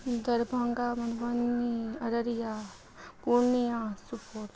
Darbhanga Madhubani Araria Purnia Supaul